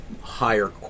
higher